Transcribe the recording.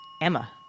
Emma